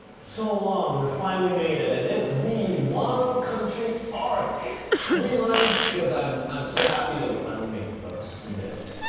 so long and we finally made it. and it's the wano country arc three lines cause i'm i'm so happy that we finally made it folks, we did it,